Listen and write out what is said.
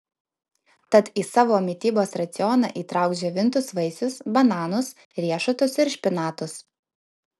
tad į savo mitybos racioną įtrauk džiovintus vaisius bananus riešutus ir špinatus